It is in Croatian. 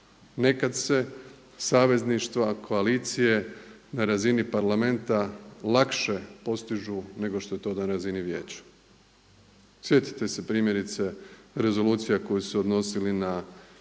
Nekad se savezništva koalicije na razini Parlamenta lakše postižu nego što je to na razini Vijeća. Sjetite se primjerice rezolucija koji se odnosili na